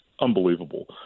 unbelievable